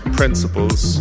principles